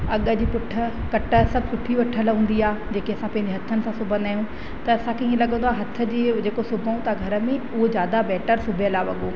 अॻ जी पुठ कट सभु सुठी वरितलु हूंदी आहे जेके असां पंहिंजे हथनि सां सुबंदा आहियूं त असांखे इअं लॻंदो आहे हथ जी जेको सुबऊं था घर में उहो ज्यादा बेटर सुबियलु आहे वॻो